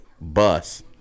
Bus